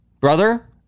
Brother